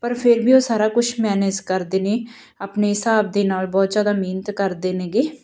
ਪਰ ਫਿਰ ਵੀ ਉਹ ਸਾਰਾ ਕੁਛ ਮੈਨੇਜ ਕਰਦੇ ਨੇ ਆਪਣੇ ਹਿਸਾਬ ਦੇ ਨਾਲ ਬਹੁਤ ਜ਼ਿਆਦਾ ਮਿਹਨਤ ਕਰਦੇ ਨੇਗੇ